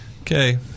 okay